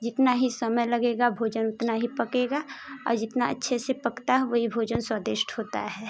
जितना ही समय लगेगा भोजन उतना ही पकेगा और जितना अच्छे से पकता है वही भोजन स्वादिष्ट होता है